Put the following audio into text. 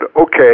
okay